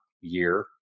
year